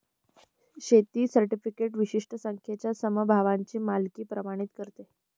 share certificate विशिष्ट संख्येच्या समभागांची मालकी प्रमाणित करते